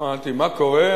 אמרתי: מה קורה?